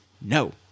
no